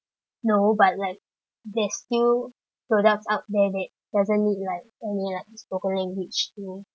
no but like there's still products out there that doesn't need like any like spoken language you know